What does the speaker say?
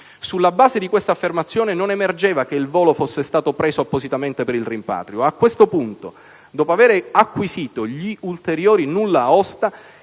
Sulla base di questa affermazione non emergeva che il volo fosse stato preso appositamente per il rimpatrio. A questo punto, dopo avere acquisito gli ulteriori nulla osta,